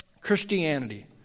christianity